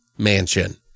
mansion